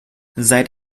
seit